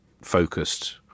focused